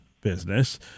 business